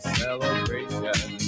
celebration